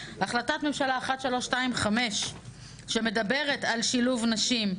החלטת ממשלה 1325 שמדברת על שילוב נשים,